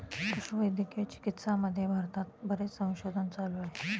पशुवैद्यकीय चिकित्सामध्ये भारतात बरेच संशोधन चालू आहे